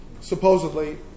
supposedly